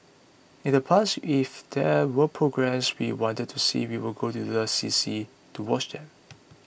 in the past if there were programmes we wanted to see we would go to the C C to watch them